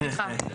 סליחה.